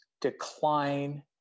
decline